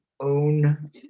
own